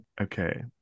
Okay